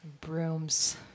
Brooms